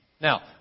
Now